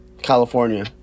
California